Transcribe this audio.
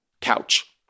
couch